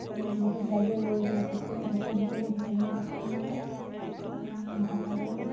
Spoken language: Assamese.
বহুত ঠাইলৈ লৈ যায় তেতিয়া শিশুসকলে সেই সময়ত অসমীয়া ভাষাটো